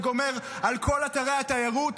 זה גומר על כל אתרי התיירות.